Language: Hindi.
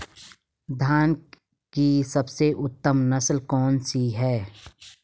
धान की सबसे उत्तम नस्ल कौन सी है?